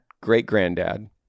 great-granddad